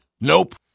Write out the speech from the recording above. Nope